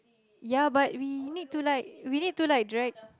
ya but we need to like we need to like drag